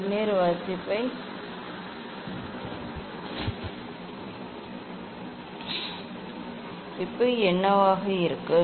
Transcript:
vernier வாசிப்பு என்னவாக இருக்கும்